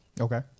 Okay